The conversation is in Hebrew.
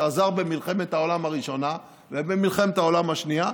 שעזר במלחמת העולם הראשונה ובמלחמת העולם השנייה,